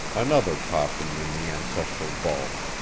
another coffin in the ancestral vault.